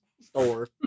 store